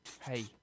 Hey